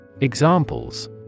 Examples